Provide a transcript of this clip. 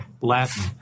Latin